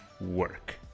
work